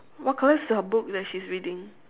what colour is her book that she's reading